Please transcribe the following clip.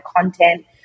content